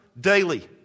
daily